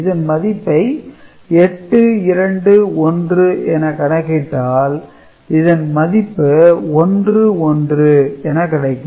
இதன் மதிப்பை 8 2 1 என கணக்கிட்டால் இதன் மதிப்பு 11 என கிடைக்கும்